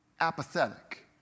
apathetic